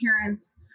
parents